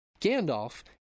Gandalf